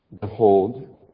Behold